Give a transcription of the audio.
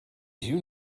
you